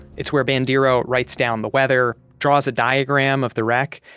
it's where bandiero writes down the weather, draws a diagram of the wreck,